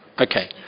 Okay